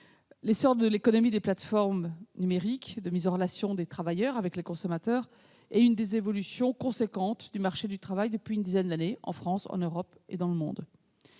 l'essor de l'économie des plateformes numériques de mise en relation de travailleurs avec les consommateurs est l'une des évolutions les plus importantes du marché du travail depuis une dizaine d'années, en France, en Europe et dans le monde.